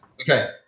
okay